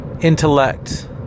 intellect